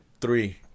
Three